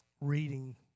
reading